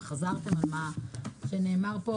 חזרתם על מה שנאמר פה,